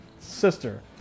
Sister